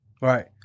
Right